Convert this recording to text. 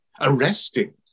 arresting